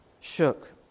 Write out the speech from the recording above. shook